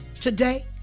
Today